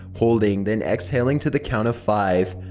holding, then exhaling to the count of five.